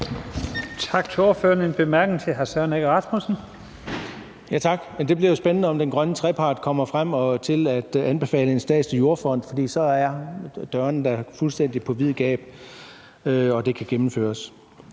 Egge Rasmussen. Kl. 14:05 Søren Egge Rasmussen (EL): Tak. Det bliver jo spændende, om den grønne trepart kommer frem til at anbefale en statslig jordfond, for så er dørene da fuldstændig på vid gab, og så kan det gennemføres.